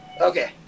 Okay